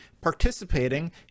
participating